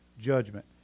judgment